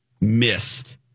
missed